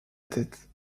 tête